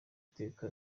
iteka